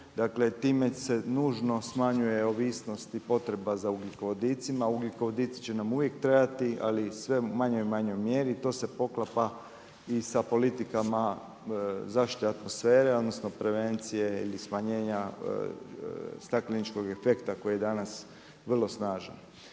time se nužno smanjuje ovisnost i potreba za ugljikovodicima. Ugljikovodici će nam uvijek trebati, ali sve u manjoj i manjoj mjeri, to se poklapa i sa politikama zaštite i sa politikama zaštite atmosfere odnosno prevencije ili smanjenja stakleničkog efekta koje je danas vrlo snažan.